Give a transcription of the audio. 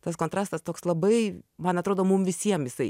tas kontrastas toks labai man atrodo mum visiem jisai